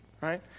right